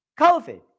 COVID